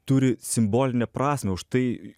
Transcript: turi simbolinę prasmę už tai